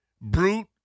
Brute